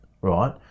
right